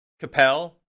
Capel